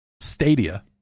Stadia